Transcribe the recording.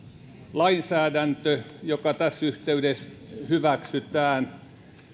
lainsäädäntö joka tässä yhteydessä hyväksytään